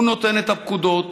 הוא נותן את הפקודות,